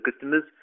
customers